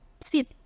sit